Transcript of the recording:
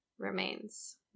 Remains